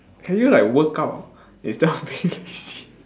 can you like workout instead of being lazy